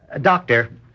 Doctor